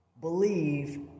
believe